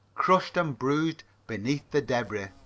crushed and bruised beneath the debris.